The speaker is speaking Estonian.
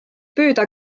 püüda